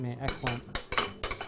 excellent